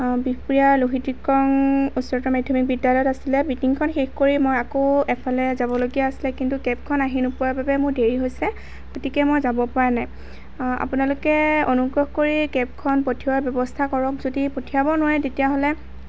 বিহপুৰীয়াৰ লোহিত দিক্ৰং উচ্চতৰ মাধ্যমিক বিদ্যালয়ত আছিলে মিটিংখন শেষ কৰি মই আকৌ এফালে যাবলগীয়া আছিলে কিন্তু কেবখন আহি নোপোৱাৰ বাবে মোৰ দেৰি হৈছে গতিকে মই যাব পৰা নাই আপোনালোকে অনুগ্ৰহ কৰি কেবখন পঠোৱাৰ ব্যৱস্থা কৰক যদি পঠিয়াব নোৱাৰে তেতিয়াহ'লে